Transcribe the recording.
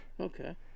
Okay